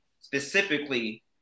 specifically